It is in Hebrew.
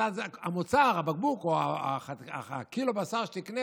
ואז המוצר או הבקבוק או קילו הבשר שתקנה